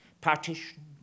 Partition